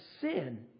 sin